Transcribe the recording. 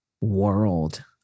world